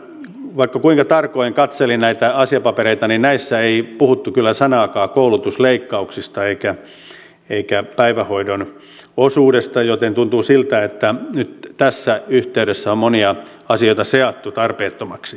vaikka kuinka tarkoin katselin näitä asiapapereita niin näissä ei puhuttu kyllä sanaakaan koulutusleikkauksista eikä päivähoidon osuudesta joten tuntuu siltä että nyt tässä yhteydessä on monia asioita seattu tarpeettomasti